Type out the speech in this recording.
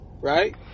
right